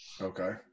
Okay